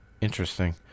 Interesting